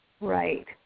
right